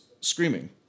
screaming